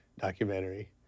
documentary